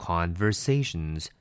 Conversations